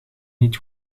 niet